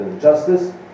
justice